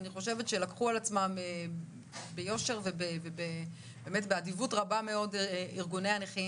אני חושבת שלקחו על עצמם ביושר ובאדיבות רבה מאוד ארגוני הנכים